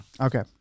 Okay